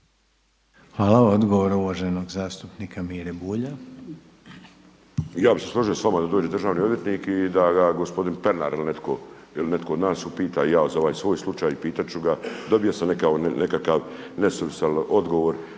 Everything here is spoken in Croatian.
Hvala. Odgovor uvaženog zastupnika Mire Bulja. **Bulj, Miro (MOST)** Ja bih se složio s vama da dođe državni odvjetnik i da ga gospodin Pernar ili netko od nas upita i ja za ovaj svoj slučaj i pitat ću ga. Dobio sam nekakav nesuvisli odgovor,